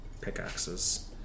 pickaxes